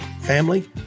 family